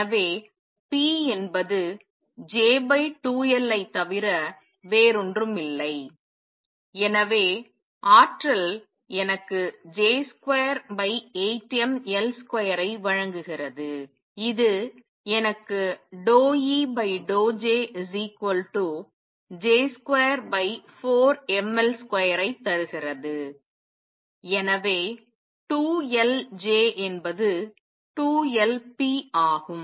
எனவே p என்பது J2L ஐ தவிர வேறொன்றுமில்லை எனவே ஆற்றல் எனக்கு J28mL2 ஐ வழங்குகிறது இது எனக்கு ∂E∂JJ24mL2 ஐ தருகிறது எனவே 2L J என்பது 2L p ஆகும்